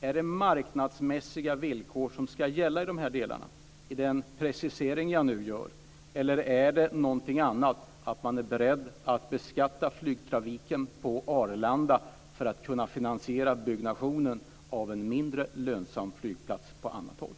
Är det med den precisering som jag nu gör marknadsmässiga villkor som ska gälla, eller är man beredd att beskatta flygtrafiken på Arlanda för att kunna finansiera byggnationen av en mindre lönsam flygplats på annat håll?